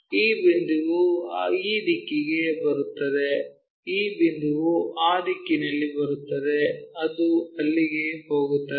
ಈ ಬಿಂದುವು ಈ ದಿಕ್ಕಿಗೆ ಬರುತ್ತದೆ ಈ ಬಿಂದುವು ಆ ದಿಕ್ಕಿನಲ್ಲಿ ಬರುತ್ತದೆ ಅದು ಅಲ್ಲಿಗೆ ಹೋಗುತ್ತದೆ